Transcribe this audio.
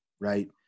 Right